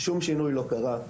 שום שינוי לא קרה,